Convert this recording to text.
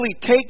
take